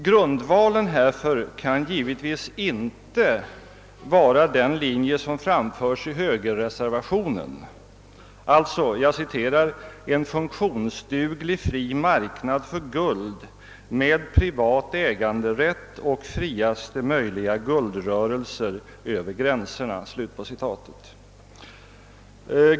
Grundvalen härför kan givetvis inte vara den linje som framförs i högerreservationen, alltså »en funktionsduglig fri marknad för guld med privat äganderätt och friaste möjliga guldrörelser över gränserna».